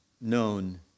known